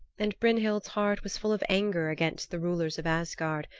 and brynhild's heart was full of anger against the rulers of asgard,